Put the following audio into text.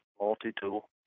multi-tool